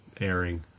airing